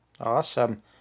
Awesome